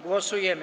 Głosujemy.